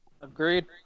Agreed